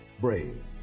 brave